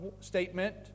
statement